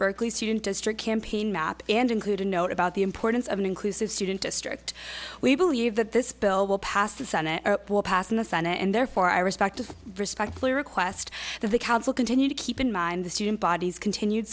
berkeley student district campaign map and include a note about the importance of an inclusive student district we believe that this bill will pass the senate will pass in the senate and therefore i respect respectfully request that the council continue to keep in mind the student bodies continued